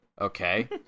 Okay